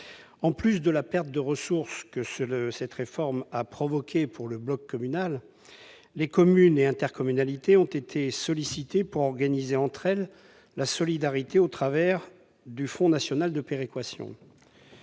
En plus de la perte de ressources que cette réforme a entraînée pour le bloc communal, les communes et intercommunalités ont été sollicitées pour organiser entre elles la solidarité au travers du Fonds national